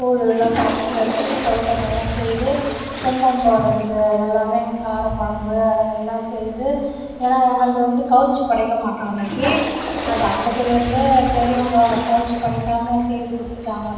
கூழுல்லாம் கரைச்சி வச்சு கொழுக்கட்டைலாம் செய்து கும்பம் போடுறதுக்கு எல்லாமே கார குழம்பு அதெல்லாம் செய்து ஏன்னா எங்களுடைது வந்து கவுச்சு படைக்க மாட்டோம் அன்னிக்கி அது அப்பத்துலேருந்து பெரியவங்க கவுச்சு படைக்காமல் செய்து கொடுத்துட்டாங்க